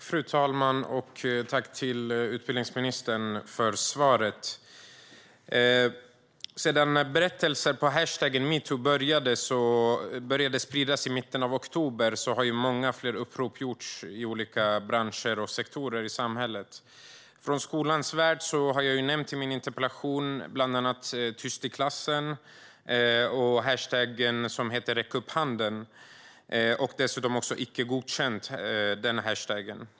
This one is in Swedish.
Fru talman! Tack, utbildningsministern, för svaret! Sedan berättelser under hashtaggen #metoo började spridas i mitten av oktober har många fler upprop gjorts i olika branscher och sektorer i samhället. Som jag har nämnt i min interpellation har bland annat hashtaggarna #tystiklassen, #räckupphanden och #ickegodkänt kommit från skolans värld.